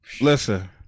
listen